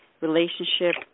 relationship